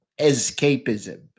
escapism